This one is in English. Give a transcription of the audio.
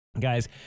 Guys